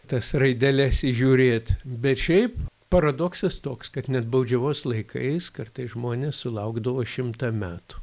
tas raideles įžiūrėt bet šiaip paradoksas toks kad net baudžiavos laikais kartais žmonės sulaukdavo šimtą metų